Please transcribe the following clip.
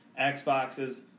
Xboxes